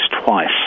twice